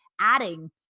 adding